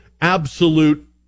absolute